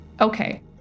Okay